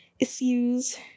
Issues